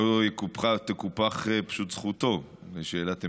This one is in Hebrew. שלא תקופח זכותו לשאלת המשך.